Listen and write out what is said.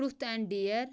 truth and dare